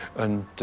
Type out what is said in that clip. and, um,